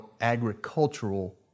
agricultural